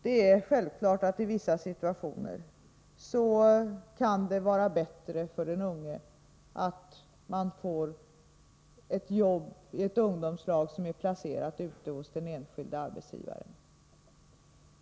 Det är självklart att det i vissa situationer kan vara bättre för den unge att få ett jobb i ett ungdomslag som är placerat ute hos den enskilde arbetsgivaren.